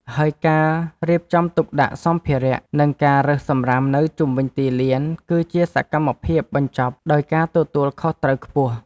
ហើយការរៀបចំទុកដាក់សម្ភារៈ និងការរើសសម្រាមនៅជុំវិញទីលាន គឺជាសកម្មភាពបញ្ចប់ដោយការទទួលខុសត្រូវខ្ពស់។